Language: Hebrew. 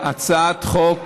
הצעת חוק